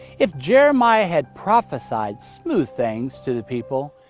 if jeremiah had prophesied smooth things to the people,